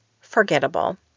forgettable